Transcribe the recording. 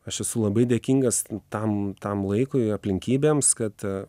aš esu labai dėkingas tam tam laikui aplinkybėms kad